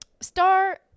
Star